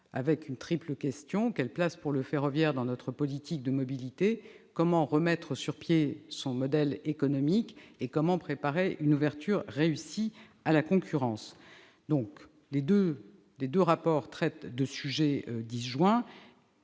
avec une triple interrogation : quelle place pour le ferroviaire dans notre politique de mobilité, comment remettre sur pied le modèle économique du ferroviaire, comment préparer une ouverture réussie à la concurrence ? Les deux rapports traitent de sujets disjoints.